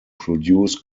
produce